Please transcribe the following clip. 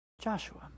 Joshua